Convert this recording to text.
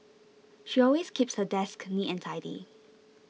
she always keeps her desk neat and tidy